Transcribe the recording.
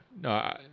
no